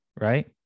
right